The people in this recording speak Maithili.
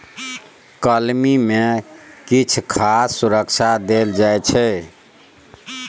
कलमी मे किछ खास सुरक्षा देल जाइ छै